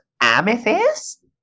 Amethyst